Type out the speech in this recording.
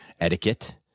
etiquette